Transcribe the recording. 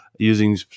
using